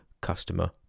customer